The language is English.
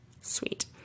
Sweet